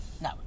No